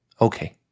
Okay